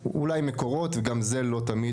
אולי של ׳מקורות׳ אבל גם זה לא תמיד,